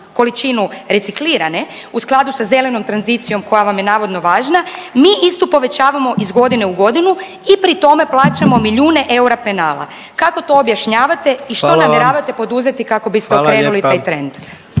količinu reciklirane u skladu sa zelenom tranzicijom koja vam je navodno važna, mi istu povećavamo iz godine u godinu i pri tome plaćamo milijune eura penala. Kako to objašnjavate i što namjeravate …/Upadica: Hvala vam./…